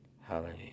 Hallelujah